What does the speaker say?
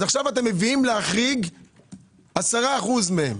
אז עכשיו אתם מביאים להחריג 10% מהם,